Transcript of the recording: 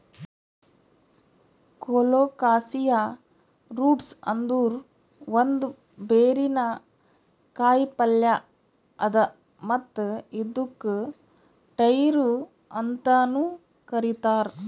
colocasia roots ಅಂದುರ್ ಒಂದ್ ಬೇರಿನ ಕಾಯಿಪಲ್ಯ್ ಅದಾ ಮತ್ತ್ ಇದುಕ್ ಟ್ಯಾರೋ ಅಂತನು ಕರಿತಾರ್